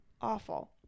awful